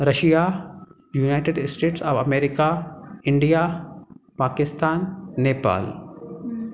Russia United States of America India Pakistan Nepal